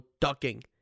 ducking